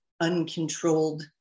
uncontrolled